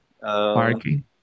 Parking